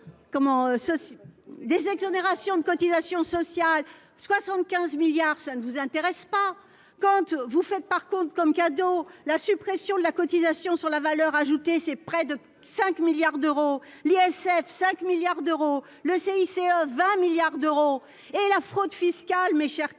Des exonérations de cotisations sociales 75 milliards, ça ne vous intéresse pas compte, vous faites par contre comme cadeau. La suppression de la cotisation sur la valeur ajoutée, c'est près de 5 milliards d'euros. L'ISF 5 milliards d'euros, le CICE 20 milliards d'euros et la fraude fiscale. Mes chers collègues,